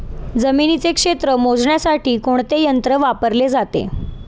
जमिनीचे क्षेत्र मोजण्यासाठी कोणते यंत्र वापरले जाते?